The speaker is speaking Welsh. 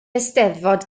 eisteddfod